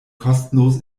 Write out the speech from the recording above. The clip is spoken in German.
kostenlos